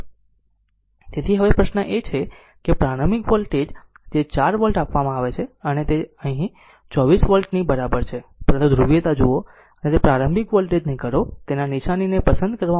તેથી હવે પ્રશ્ન એ છે અને પ્રારંભિક વોલ્ટેજ જે 4 વોલ્ટ આપવામાં આવે છે અને અહીં તે 24 વોલ્ટ ની બરાબર છે પરંતુ ધ્રુવીયતા જુઓ અને તે પ્રારંભિક વોલ્ટેજ ને કરો તેના નિશાની ને પસંદ કરવા માટે